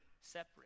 separate